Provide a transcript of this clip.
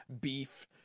beef